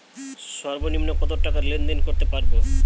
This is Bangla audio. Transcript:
সর্বনিম্ন কত টাকা লেনদেন করতে পারবো?